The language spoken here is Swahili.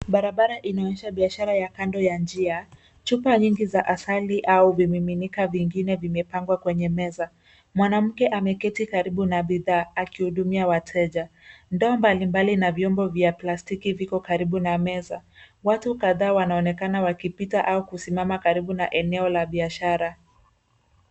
Barabara inaonyesha biashara ya kando ya njia. Chupa nyingi za asali au vimiminika vingine vimepangwa kwenye meza. Mwanamke ameketi karibu na bidhaa akihudumia wateja. Ndoo mbalimbali na vyombo vya plastiki viko karibu na meza. Watu kadhaa wanaonekana wakipita au kusimama karibu na eneo la biashara.